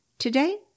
Today